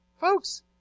folks